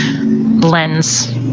lens